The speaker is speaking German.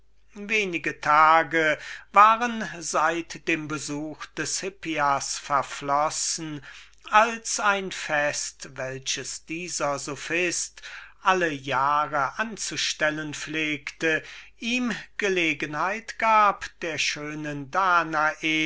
wenige tage waren seit dem besuch des hippias verflossen als ein fest welches er alle jahre seinen freunden zu geben pflegte gelegenheit machte der schönen danae